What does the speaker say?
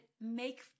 make